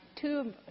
two